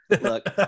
Look